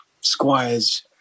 Squires